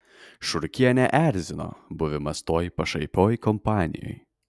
šurkienę erzino buvimas toj pašaipioj kompanijoj